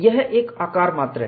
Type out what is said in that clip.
यह एक आकार मात्र है